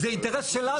זה אינטרס שלנו.